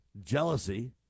jealousy